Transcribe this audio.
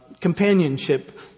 companionship